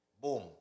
boom